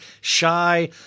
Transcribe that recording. shy